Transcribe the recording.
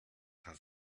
has